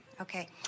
Okay